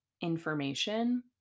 information